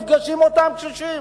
נפגעים אותם קשישים,